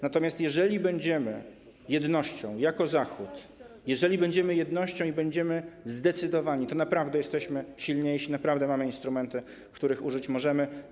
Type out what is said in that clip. Natomiast jeżeli będziemy jednością jako Zachód, jeżeli będziemy jednością i będziemy zdecydowani, to naprawdę jesteśmy silniejsi, naprawdę mamy instrumenty, których możemy użyć.